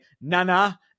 Nana